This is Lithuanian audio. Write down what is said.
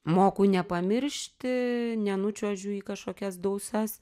moku nepamiršti nenučiuožiu į kažkokias dausas